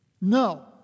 No